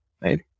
right